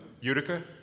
Utica